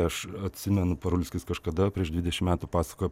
aš atsimenu parulskis kažkada prieš dvidešim metų pasakojo